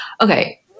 Okay